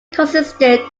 consisted